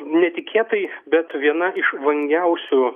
netikėtai bet viena iš vangiausių